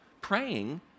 praying